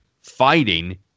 fighting